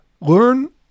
Learn